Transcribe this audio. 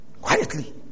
Quietly